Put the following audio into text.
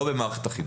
לא במערכת החינוך.